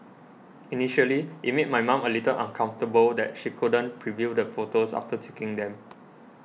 initially it made my mom a little uncomfortable that she couldn't preview the photos after taking them